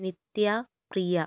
നിത്യ പ്രിയ